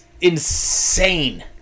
insane